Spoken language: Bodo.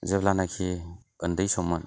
जेब्लानाखि उन्दै सममोन